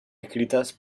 escritas